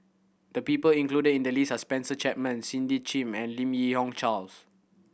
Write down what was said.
the people included in the list are Spencer Chapman Cindy Sim and Lim Yi Yong Charles